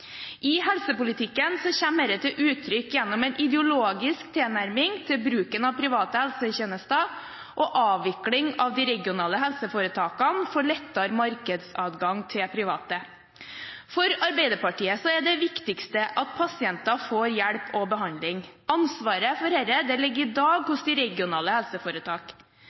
I helsepolitikken kommer dette til uttrykk gjennom en ideologisk tilnærming til bruken av private helsetjenester og avvikling av de regionale helseforetakene, for å gi lettere markedsadgang til private aktører. For Arbeiderpartiet er det viktigste at pasientene får hjelp og behandling. Ansvaret for dette ligger i dag hos de regionale